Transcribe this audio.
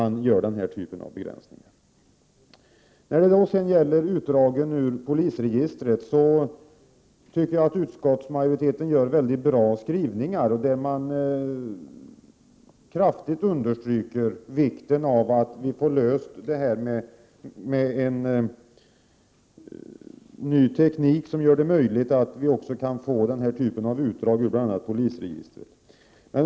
När det sedan gäller utdrag ur polisregistret gör utskottsmajoriteten bra skrivningar där den kraftigt understryker vikten av att lösa problemen med ny teknik, som gör det möjligt att få detta slags utdrag ur bl.a. polisregistret.